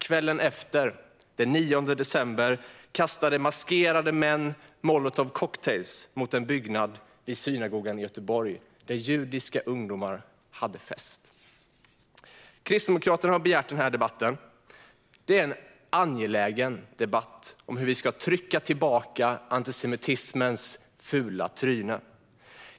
Kvällen efter, den 9 december, kastade maskerade män molotovcocktails mot en byggnad vid synagogan i Göteborg, där judiska ungdomar hade fest. Kristdemokraterna har begärt den här debatten. Det är en angelägen debatt om hur vi ska trycka tillbaka antisemitismens fula tryne.